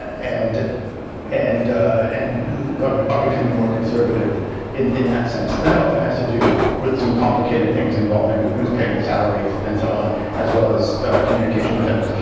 and and and are becoming more conservative in in that sense. that often has to do with with some complicated things involving who's paying the salaries and so on as well as communications networks.